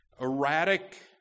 erratic